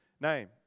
name